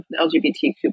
LGBTQ+